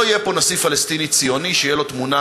לא יהיה פה נשיא פלסטיני ציוני שיהיו לו תמונה